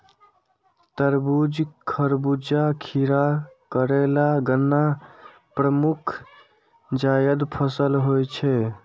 तरबूज, खरबूजा, खीरा, करेला, गन्ना प्रमुख जायद फसल होइ छै